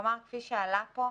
כפי שעלה פה,